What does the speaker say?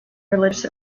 religious